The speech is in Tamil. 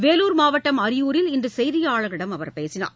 வேலூர் மாவட்டம் அரியூரில் இன்று செய்தியாளர்களிடம் அவர் பேசினார்